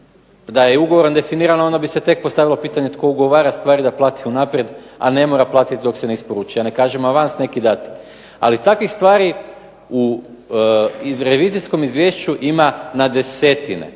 Da je ugovorom definirano onda bi se tek postavilo pitanje tko ugovara stvari da plati unaprijed, a ne mora platit dok se ne isporuči. Ja ne kažem avans neki dat, ali takvih stvari u revizijskom izvješću ima na desetine.